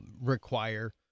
require